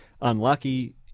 unlucky